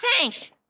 thanks